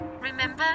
remember